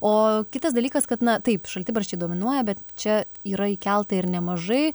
o kitas dalykas kad na taip šaltibarščiai dominuoja bet čia yra įkelta ir nemažai